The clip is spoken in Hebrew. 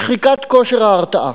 שחיקת כושר ההרתעה,